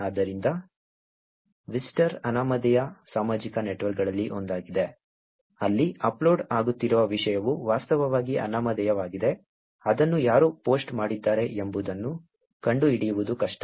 ಆದ್ದರಿಂದ ವಿಸ್ಪರ್ ಅನಾಮಧೇಯ ಸಾಮಾಜಿಕ ನೆಟ್ವರ್ಕ್ಗಳಲ್ಲಿ ಒಂದಾಗಿದೆ ಅಲ್ಲಿ ಅಪ್ಲೋಡ್ ಆಗುತ್ತಿರುವ ವಿಷಯವು ವಾಸ್ತವವಾಗಿ ಅನಾಮಧೇಯವಾಗಿದೆ ಅದನ್ನು ಯಾರು ಪೋಸ್ಟ್ ಮಾಡಿದ್ದಾರೆ ಎಂಬುದನ್ನು ಕಂಡುಹಿಡಿಯುವುದು ಕಷ್ಟ